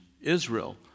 Israel